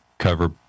cover